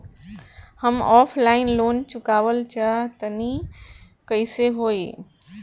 हम offline loan चुकावल चाहऽ तनि कइसे होई?